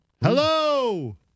hello